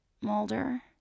Mulder